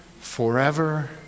forever